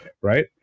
right